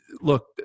look